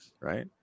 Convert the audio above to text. Right